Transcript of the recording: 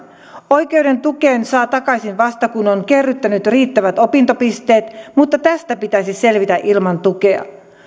oikeuden tukeen saa takaisin vasta kun on kerryttänyt riittävät opintopisteet mutta tästä pitäisi selvitä ilman tukea